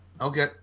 Okay